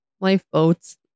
lifeboats